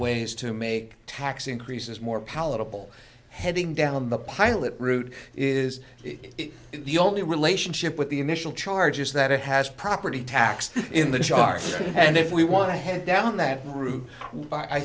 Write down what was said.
ways to make tax increases more palatable heading down the pilot route is it the only relationship with the initial charges that it has property tax in the chart and if we want to head down that route but i